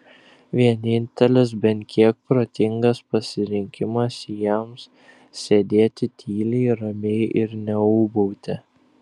vienintelis bent kiek protingas pasirinkimas jiems sėdėti tyliai ramiai ir neūbauti